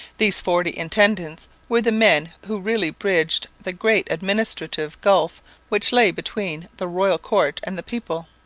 these forty intendants were the men who really bridged the great administrative gulf which lay between the royal court and the people.